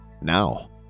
now